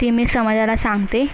ती मी समाजाला सांगते